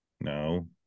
No